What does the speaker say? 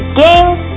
games